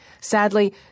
Sadly